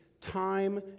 Time